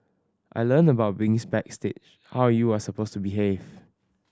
I learnt about being backstage how you are supposed to behave